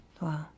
Wow